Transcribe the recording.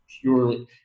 purely